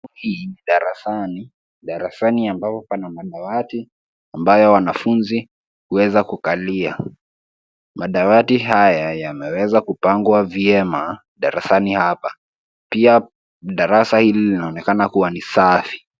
Hii ni darasani, darasani ambapo pana madawati ambayo wanafunzi huweza kukalia. Madawati haya yameweza kupangwa vyema darasani hapa. Pia darasa hili linaonekana kuwa ni safi.